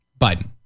Biden